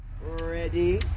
Ready